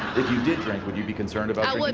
you did drink, would you be concerned about like